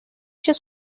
چیز